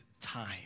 time